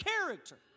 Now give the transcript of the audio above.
character